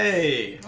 a